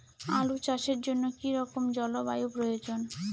আলু চাষের জন্য কি রকম জলবায়ুর প্রয়োজন?